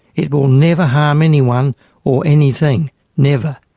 it will never harm anyone or anything never.